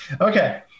Okay